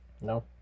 No